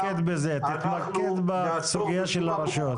תתמקד בסוגיה של הרשויות.